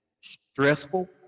stressful